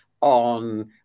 on